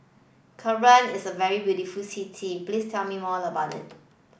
Cairo is a very beautiful city please tell me more about it